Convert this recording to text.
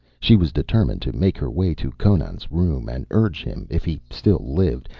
she was determined to make her way to conan's room and urge him, if he still lived,